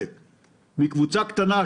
מחלוקת עד כמה יישומונים מבוססי בלוטוס הם